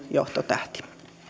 johtotähti